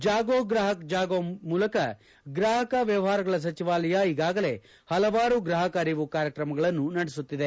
ಜಾಗೋ ಗ್ರಾಪಕ್ ಜಾಗೋ ಮೂಲಕ ಗ್ರಾಪಕ ವ್ಯವಹಾರಗಳ ಸಚಿವಾಲಯ ಈಗಾಗಲೇ ಹಲವಾರು ಗ್ರಾಪಕ ಅರಿವು ಕಾರ್ಯಕ್ರಮಗಳನ್ನು ನಡೆಸುತ್ತಿದೆ